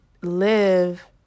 live